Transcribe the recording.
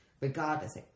regardless